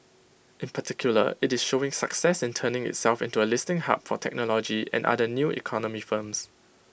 in particular IT is showing success in turning itself into A listing hub for technology and other new economy firms